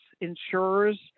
Insurers